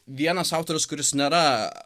vienas autorius kuris nėra